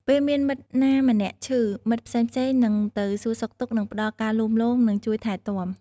ពេលមានមិត្តណាម្នាក់ឈឺ មិត្តផ្សេងៗនឹងទៅសួរសុខទុក្ខ និងផ្តល់ការលួងលោម និងជួយថែទាំ។